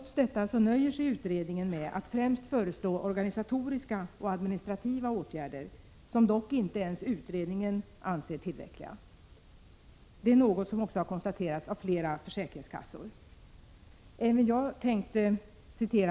Trots detta nöjer sig utredningen med att främst föreslå organisatoriska och administrativa åtgärder, vilka dock inte ens utredningen själv anser tillräckliga. Detta är något som också har konstaterats av flera försäkringskassor.